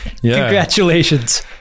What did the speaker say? Congratulations